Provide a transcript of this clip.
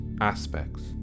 aspects